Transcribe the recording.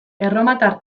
erromatar